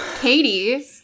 Katie